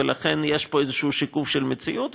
ולכן יש פה איזשהו שיקוף של מציאות.